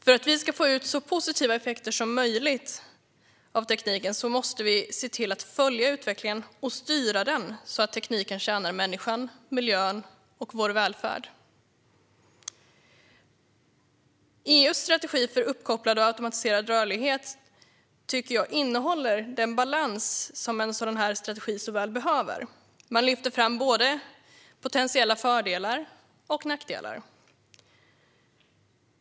För att vi ska få ut så positiva effekter som möjligt av tekniken måste vi följa utvecklingen och styra den så att tekniken tjänar människan, miljön och välfärden. EU:s strategi för automatiserad och uppkopplad rörlighet innehåller den balans som en sådan här strategi så väl behöver. Man lyfter fram både potentiella fördelar och nackdelar.